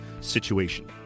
Situation